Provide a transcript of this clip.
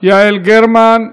יעל גרמן.